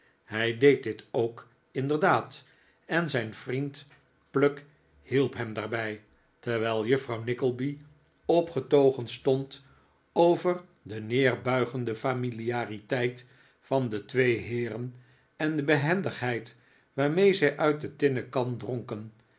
hij deed dit ook inderdaad en zijn vriend pluck hielp hem daarbij terwijl juffrouw nickleby opgetogen stond over de neerbuigende familiariteit van de twee heeren en de behendigheid waarmee zij uit de tinnen kan dronken